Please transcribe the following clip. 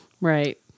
Right